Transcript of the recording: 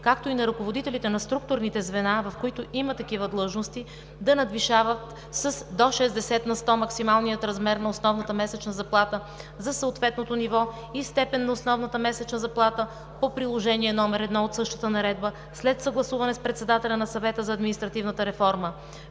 както и на ръководителите на структурните звена, в които има такива длъжности, да надвишават с до 60 на сто максималния размер на основната месечна заплата за съответното ниво и степен на основната месечна заплата по Приложение № 1 от същата наредба след съгласуване с председателя на Съвета за административната реформа.